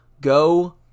go